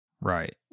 Right